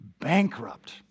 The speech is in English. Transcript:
bankrupt